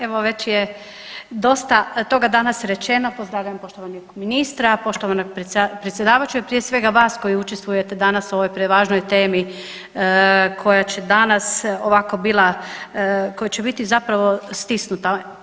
Evo, već je dosta toga danas rečeno, pozdravljam poštovanog ministra, poštovanog predsjedavajućeg, prije svega, vas koji učestvujete danas u ovoj prevažnoj temi koja će danas, ovako bila, koja će biti zapravo stisnuta.